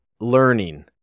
learning